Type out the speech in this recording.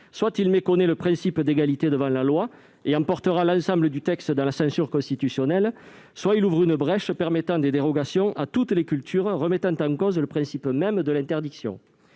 soit il méconnaît le principe d'égalité devant la loi et emportera l'ensemble du texte dans la censure constitutionnelle ; soit il ouvre une brèche, permettant des dérogations pour toutes les cultures et remettant en cause le principe même de l'interdiction.